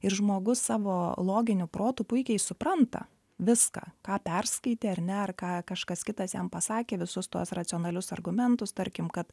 ir žmogus savo loginiu protu puikiai supranta viską ką perskaitė ar ne ar ką kažkas kitas jam pasakė visus tuos racionalius argumentus tarkim kad